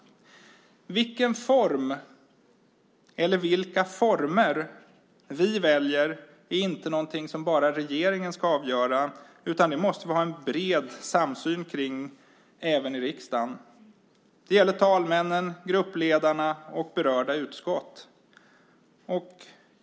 Vilken form eller vilka former vi väljer är inte någonting som bara regeringen ska avgöra, utan det måste vi ha en bred samsyn kring även i riksdagen. Det gäller talmännen, gruppledarna och berörda utskott.